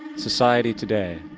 society today,